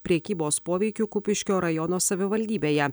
prekybos poveikiu kupiškio rajono savivaldybėje